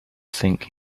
think